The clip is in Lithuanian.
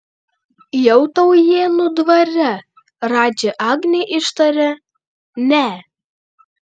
jau taujėnų dvare radži agnei ištarė ne